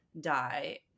die